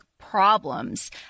problems